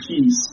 peace